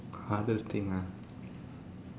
hardest thing ah